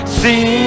see